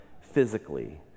physically